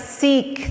seek